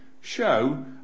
Show